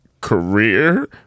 career